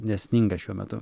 nesninga šiuo metu